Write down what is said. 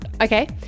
Okay